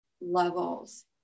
levels